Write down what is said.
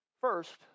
first